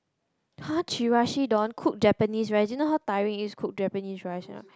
!huh! Chirashidon cook Japanese rice you know how tiring it is to cook Japanese rice or not